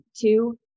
Two